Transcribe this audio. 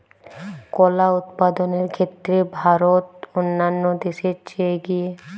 কলা উৎপাদনের ক্ষেত্রে ভারত অন্যান্য দেশের চেয়ে এগিয়ে